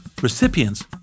Recipients